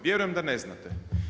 Vjerujem da ne znate.